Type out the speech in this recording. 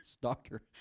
doctor